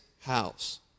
house